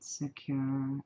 Secure